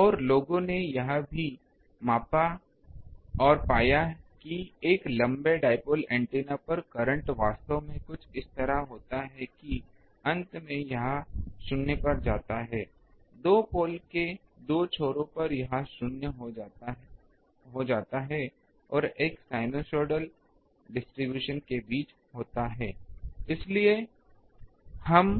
और लोगों ने यह भी मापा और पाया कि एक लंबे डाइपोल ऐन्टेना पर करंट वास्तव में कुछ इस तरह का होता है कि अंत में यह शून्य पर जाता है 2 पोल के 2 छोरों पर यह शून्य पर जाता है और एक साइनसोइडल डिस्ट्रीब्यूशन के बीच में होता है इसलिए हम